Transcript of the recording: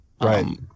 Right